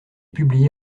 publiée